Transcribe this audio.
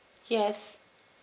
yes